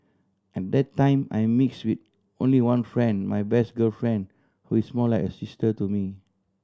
and that time I mix with only one friend my best girlfriend who is more like a sister to me